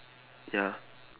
ya